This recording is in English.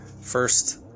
first